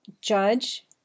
judge